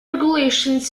regulations